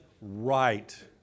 right